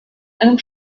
einem